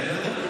תן לדבר.